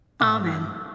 Amen